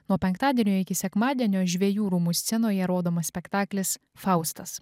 nuo penktadienio iki sekmadienio žvejų rūmų scenoje rodomas spektaklis faustas